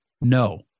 No